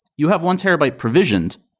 you have one terabyte provisioned,